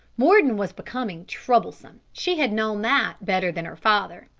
mordon was becoming troublesome. she had known that better than her father.